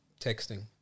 texting